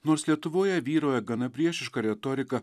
nors lietuvoje vyrauja gana priešiška retorika